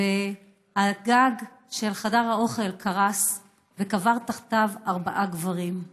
והגג של חדר האוכל קרס וקבר תחתיו ארבעה גברים.